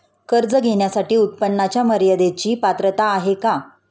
कर्ज घेण्यासाठी उत्पन्नाच्या मर्यदेची पात्रता आहे का?